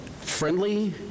friendly